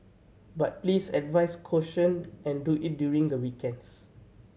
but please advise caution and do it during the weekends